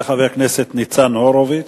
תודה לחבר הכנסת ניצן הורוביץ.